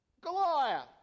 Goliath